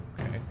Okay